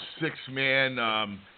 six-man